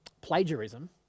plagiarism